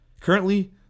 Currently